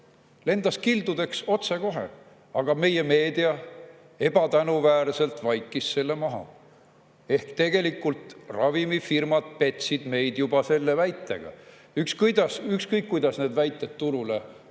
lendas kildudeks otsekohe, aga meie meedia ebatänuväärselt vaikis selle maha. Ehk tegelikult, ravimifirmad petsid meid juba selle väitega. Ükskõik, kuidas need väited turule toodi,